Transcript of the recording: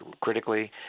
critically